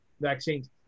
vaccines